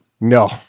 no